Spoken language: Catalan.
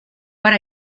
per